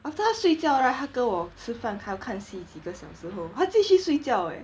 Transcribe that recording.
after 他睡觉 right 他跟我吃饭还有看戏几个小时候还继续睡觉 eh